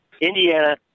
Indiana